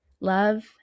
love